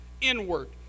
inward